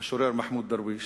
המשורר מחמוד דרוויש,